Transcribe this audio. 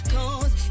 Cause